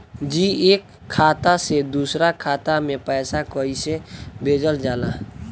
जी एक खाता से दूसर खाता में पैसा कइसे भेजल जाला?